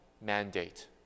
mandate